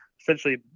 essentially